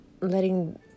letting